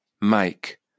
Mike